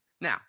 Now